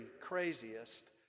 craziest